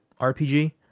RPG